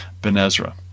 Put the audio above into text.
Benezra